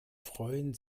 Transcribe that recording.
freuen